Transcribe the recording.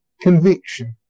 Conviction